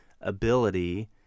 ability